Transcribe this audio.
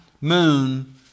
moon